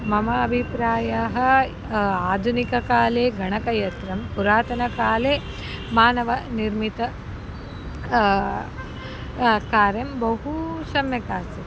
मम अभिप्रायः आधुनिककाले गणकयत्रं पुरातनकाले मानवनिर्मितं कार्यं बहु सम्यक् आसीत्